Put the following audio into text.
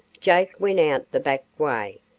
jake went out the back way,